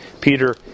Peter